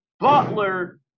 Butler